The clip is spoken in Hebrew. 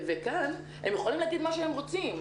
וכאן הם יכולים להגיד מה שהם רוצים,